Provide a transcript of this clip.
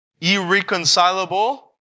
irreconcilable